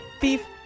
Beef